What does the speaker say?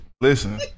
listen